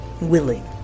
willing